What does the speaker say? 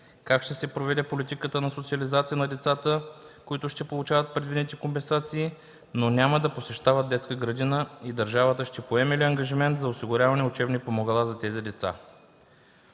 как ще се проведе политиката на социализация на децата, които ще получават предвидените компенсации, но няма да посещават детска градина и държавата ще поеме ли ангажимент за осигуряване на учебни помагала за тези деца?